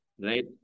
Right